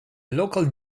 local